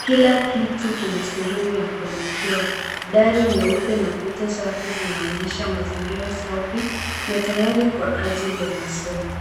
Kila kiti kina sehemu ya kuandikia, dari nyeupe na kuta safi, zinaonyesha mazingira safi, na tayari kwa ajili ya masomo.